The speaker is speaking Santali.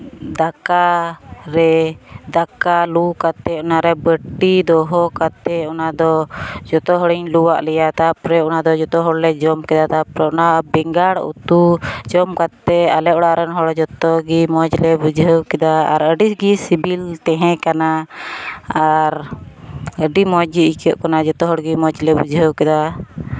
ᱫᱟᱠᱟ ᱨᱮ ᱫᱟᱠᱟ ᱞᱩ ᱠᱟᱛᱮᱫ ᱚᱱᱟᱨᱮ ᱵᱟᱹᱴᱤ ᱫᱚᱦᱚ ᱠᱟᱛᱮᱫ ᱚᱱᱟᱫᱚ ᱡᱚᱛᱚ ᱦᱚᱲᱤᱧ ᱞᱩ ᱟᱫ ᱞᱮᱭᱟ ᱛᱟᱨᱯᱚᱨᱮ ᱚᱱᱟᱫᱚ ᱡᱚᱛᱚ ᱦᱚᱲᱞᱮ ᱡᱚᱢ ᱠᱮᱫᱟ ᱛᱟᱨᱯᱚᱨᱮ ᱚᱱᱟ ᱵᱮᱸᱜᱟᱲ ᱩᱛᱩ ᱡᱚᱢ ᱠᱟᱛᱮᱫ ᱟᱞᱮ ᱚᱲᱟᱜ ᱨᱮᱱ ᱦᱚᱲ ᱡᱚᱛᱚ ᱜᱮ ᱢᱚᱡᱽ ᱞᱮ ᱵᱩᱡᱷᱟᱹᱣ ᱠᱮᱫᱟ ᱟᱨ ᱟᱹᱰᱤ ᱜᱮ ᱥᱤᱵᱤᱞ ᱛᱟᱦᱮᱸ ᱠᱟᱱᱟ ᱟᱨ ᱟᱹᱰᱤ ᱢᱚᱡᱽ ᱜᱮ ᱟᱹᱭᱠᱟᱹᱜ ᱠᱟᱱᱟ ᱡᱚᱛᱚ ᱦᱚᱲᱜᱮ ᱢᱚᱡᱽ ᱞᱮ ᱵᱩᱡᱷᱟᱹᱣ ᱠᱮᱫᱟ